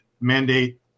mandate